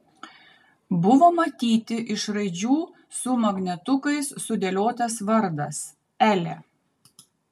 buvo matyti iš raidžių su magnetukais sudėliotas vardas elė